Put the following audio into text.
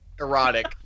erotic